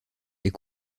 est